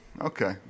Okay